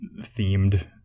themed